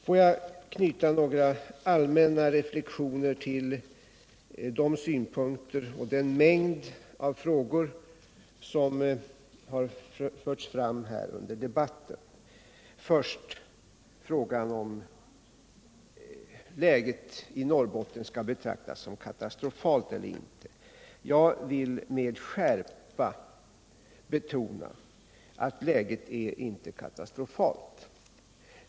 Jag vill knyta några allmänna reflexioner till de synpunkter och den mängd frågor som har förts fram här under debatten. Först frågan om läget i Norrbotten skall betraktas som katastrofalt eller inte. Jag vill med skärpa betona att läget inte är katastrofalt.